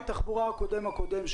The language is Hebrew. שר התחבורה הקודם הקודם,